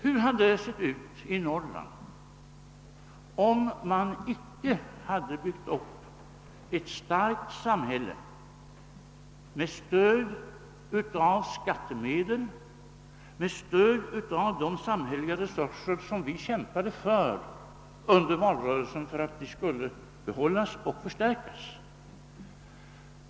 Hur skulle det ha sett ut i Norrland, om vi icke hade byggt upp ett starkt samhälle med stöd av skattemedel, med stöd av de samhälleliga resurser som vi under valrörelsen kämpade för att behålla och förstärka?